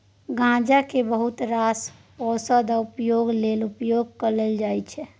गांजा केँ बहुत रास ओषध आ उद्योग लेल उपयोग कएल जाइत छै